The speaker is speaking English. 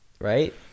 right